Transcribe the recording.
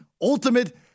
ultimate